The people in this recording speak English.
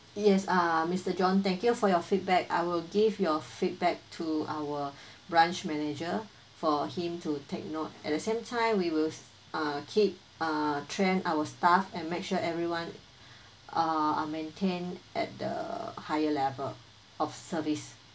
yes uh mister john thank you for your feedback I will give your feedback to our branch manager for him to take note at the same time we will uh keep uh train our staff and make sure everyone uh are maintained at the higher level of service